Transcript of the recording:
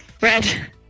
Red